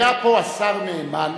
היה פה השר נאמן,